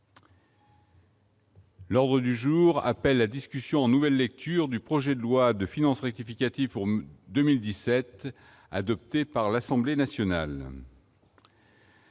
L'ordre du jour appelle la discussion en nouvelle lecture du projet de loi de finances rectificative pour 2017 adopté par l'Assemblée nationale.